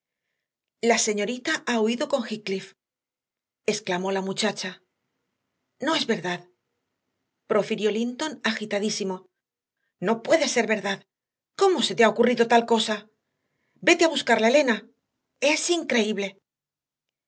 la señorita ha huido con heathcliff exclamó la muchacha no es verdad profirió linton agitadísimo no puede ser verdad cómo se te ha ocurrido tal cosa vete a buscarla elena es increíble